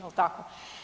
Jel' tako?